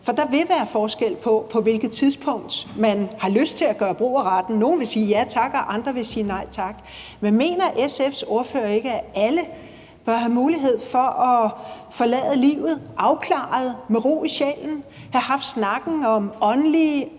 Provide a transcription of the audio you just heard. for der vil være forskel på, på hvilket tidspunkt man har lyst til at gøre brug af retten. Nogle vil sige ja tak, og andre vil sige nej tak. Men mener SF's ordfører ikke, at alle bør have mulighed for at forlade livet afklaret og med ro i sjælen, have haft snakken om åndelige,